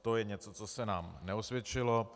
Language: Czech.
To je něco, co se nám neosvědčilo.